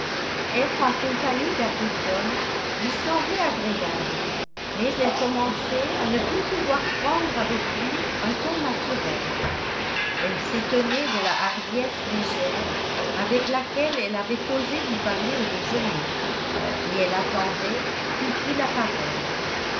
être en compagnie d'arbuton lui semblait agréable mais elle commençait à ne plus pouvoir prendre avec lui un ton naturel elle s'étonnait de la hardiesse légère avec laquelle elle avait osé lui parler au déjeuner et elle attendait qu'il prît la parole